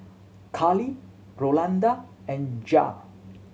Carlee Rolanda and Jared